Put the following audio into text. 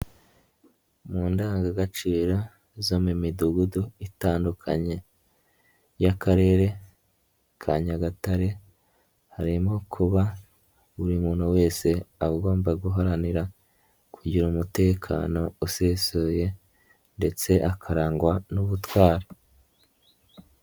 Mu ndangagaciro zo mu midugudu itandukanye y'Akarere ka Nyagatare, harimo kuba buri muntu wese agomba guharanira kugira umutekano usesuye, ndetse akarangwa n'ubutwari.